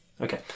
Okay